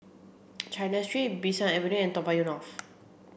China Street Bee San Avenue and Toa Payoh North